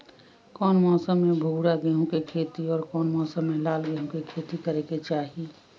कौन मौसम में भूरा गेहूं के खेती और कौन मौसम मे लाल गेंहू के खेती करे के चाहि?